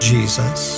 Jesus